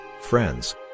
friends